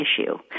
issue